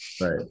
Right